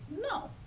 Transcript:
No